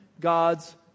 God's